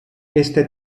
este